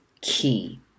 key